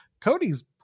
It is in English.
Cody's